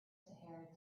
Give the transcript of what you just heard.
sahara